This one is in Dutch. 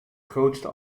grootste